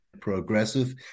progressive